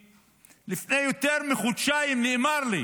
לפני יותר מחודשיים נאמר לי